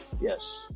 yes